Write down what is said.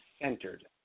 centered